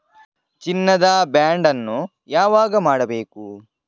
ಚಿನ್ನ ದ ಬಾಂಡ್ ಅನ್ನು ಯಾವಾಗ ಮಾಡಬೇಕು?